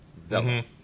Zelda